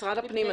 משרד הפנים,